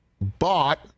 bought